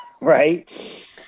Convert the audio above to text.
right